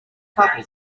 couple